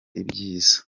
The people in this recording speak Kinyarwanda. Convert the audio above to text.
ibyiza